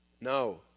No